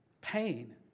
pain